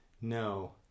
No